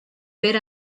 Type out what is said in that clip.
per